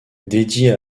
dédiées